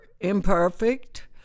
imperfect